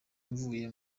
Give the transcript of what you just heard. mvuye